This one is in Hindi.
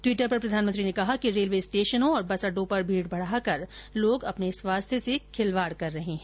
ट्वीटर पर प्रधानमंत्री ने कहा कि रेलवे स्टेशनों और बस अड्डों पर भीड़ बढ़ाकर लोग अपने स्वास्थ्य से खिलवाड कर रहे हैं